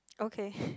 okay